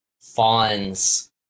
fawns